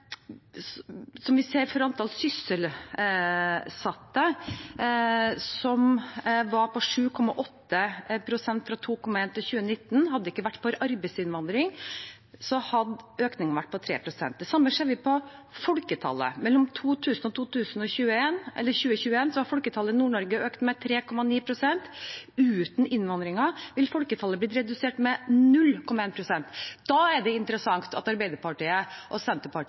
vi for antall sysselsatte, som var på 7,8 pst., fra 2001 til 2019. Hadde det ikke vært for arbeidsinnvandring, hadde økningen vært på 3 pst. Det samme ser vi på folketallet. Mellom 2000 og 2021 har folketallet i Nord-Norge økt med 3,9 pst. Uten innvandringen ville folketallet blitt redusert med 0,1 pst. Da er det interessant at Arbeiderpartiet og Senterpartiet